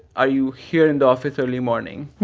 are you here in the office early morning?